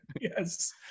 Yes